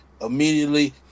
immediately